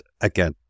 again